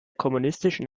kommunistischen